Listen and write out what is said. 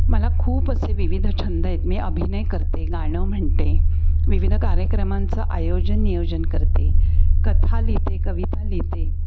मला खूप असे विविध छंदं आहेत मी अभिनय करते गाणं म्हणते विविध कार्यक्रमांचं आयोजन नियोजन करते कथा लिहिते कविता लिहिते